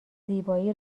زیبایی